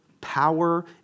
power